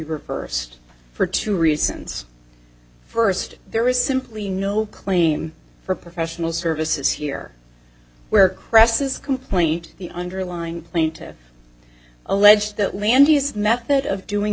reversed for two reasons first there is simply no claim for professional services here where cresses complaint the underlying plaintive allege that landis method of doing